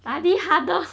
can